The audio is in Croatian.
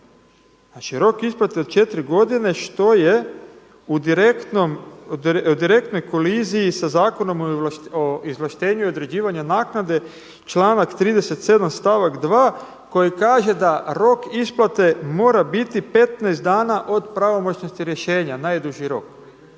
Znači rok isplate od 4 godine što je u direktnoj koliziji sa Zakonom o izvlaštenju i određivanju naknade članak 37. stavak 2. koji kaže da rok isplate mora biti 15 dana od pravomoćnosti rješenja, najduži rok.